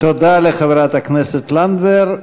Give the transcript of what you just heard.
תודה לחברת הכנסת לנדבר.